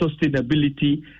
sustainability